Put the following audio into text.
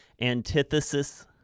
antithesis